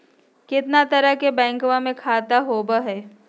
कितना तरह के बैंकवा में खाता होव हई?